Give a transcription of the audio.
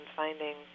finding